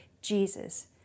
Jesus